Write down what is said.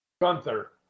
Gunther